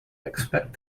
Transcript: expect